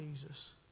Jesus